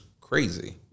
crazy